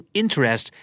interest